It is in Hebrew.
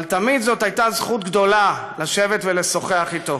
אבל תמיד זאת הייתה זכות גדולה לשבת ולשוחח אתו,